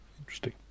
Interesting